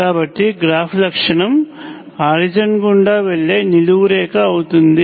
కాబట్టి గ్రాఫ్ లక్షణం ఆరిజిన్ గుండా వెళ్లే నిలువు సరళరేఖ అవుతుంది